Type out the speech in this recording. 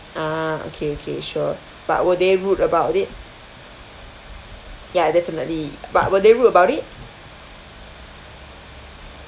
ah okay okay sure but were they rude about it ya definitely but were they rude about it